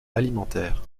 alimentaire